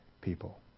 people